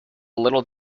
little